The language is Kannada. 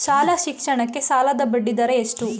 ಶಾಲಾ ಶಿಕ್ಷಣಕ್ಕೆ ಸಾಲದ ಬಡ್ಡಿದರ ಎಷ್ಟು?